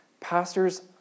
Pastors